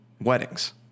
weddings